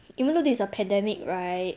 even though this a pandemic right